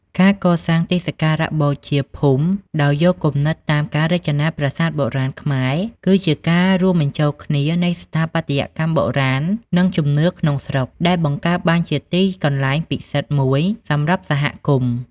ការកសាងទីសក្ការៈបូជាភូមិ ដោយយកគំនិតតាមការរចនាប្រាសាទបុរាណខ្មែរ គឺជាការរួមបញ្ចូលគ្នានៃស្ថាបត្យកម្មបុរាណ និងជំនឿក្នុងស្រុក ដែលបង្កើតបានជាទីកន្លែងពិសិដ្ឋមួយសម្រាប់សហគមន៍។